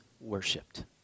worshipped